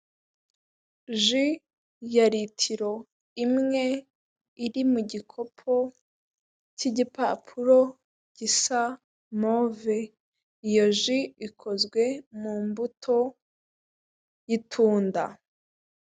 Ji ya litiro imwe, iri mu gikopo cy'igipapuro gisa move, iyo ji ikoze mu mbuto y'itunda.